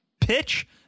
Pitch